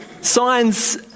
Signs